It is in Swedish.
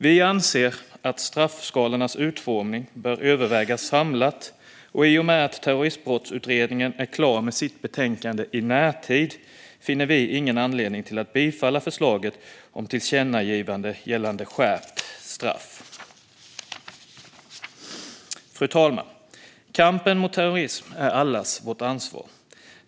Vi anser att straffskalornas utformning bör övervägas samlat, och i och med att Terroristbrottsutredningen kommer att vara klar med sitt betänkande i närtid finner vi ingen anledning att bifalla förslaget om tillkännagivande gällande skärpta straff. Fru talman! Kampen mot terrorism är allas vårt ansvar.